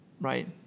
right